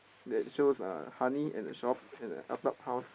that shows uh honey and a shop and a attap house